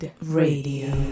RADIO